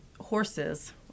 horses